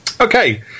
Okay